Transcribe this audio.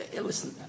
Listen